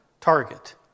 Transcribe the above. target